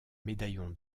médaillon